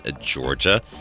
Georgia